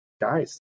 guys